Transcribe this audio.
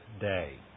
day